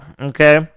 Okay